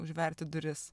užverti duris